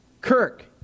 Kirk